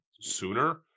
sooner